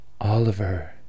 Oliver